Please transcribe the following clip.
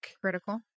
Critical